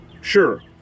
Sure